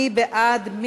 מי בעד?